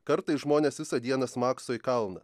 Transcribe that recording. kartais žmonės visą dieną smakso į kalną